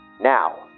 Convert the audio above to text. Now